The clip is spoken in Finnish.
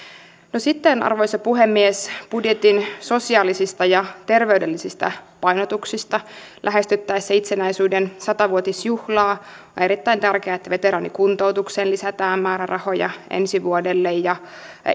sitten arvoisa puhemies budjetin sosiaalisista ja terveydellisistä painotuksista lähestyttäessä itsenäisyyden sata vuotisjuhlaa on erittäin tärkeää että veteraanikuntoutukseen lisätään määrärahoja ensi vuodelle ja